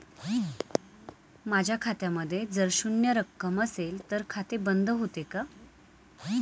माझ्या खात्यामध्ये जर शून्य रक्कम असेल तर खाते बंद होते का?